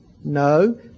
No